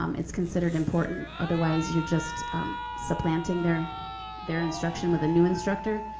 um it's considered important, otherwise you're just supplanting their their instruction with a new instructor,